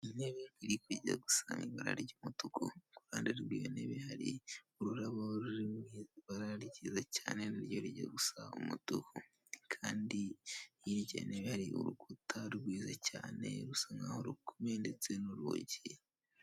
Intebe yo kwicaramo, ifite ibara ry'igitaka. Iruhande rwayo hari ururabo ruri ku kantu kameze nk'ameza y'ikirahure.